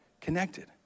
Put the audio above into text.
connected